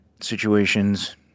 situations